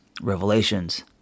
revelations